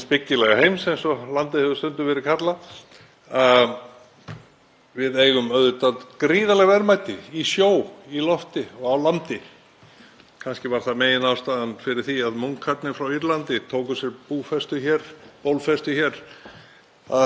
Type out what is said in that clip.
Kannski var það meginástæðan fyrir því að munkarnir frá Írlandi tóku sér bólfestu hér á sjöttu, sjöundu öld. En hér hefur verið talað um hvata og efndir og „aksjón“ og allt slíkt.